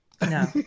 No